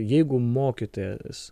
jeigu mokytojas